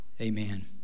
Amen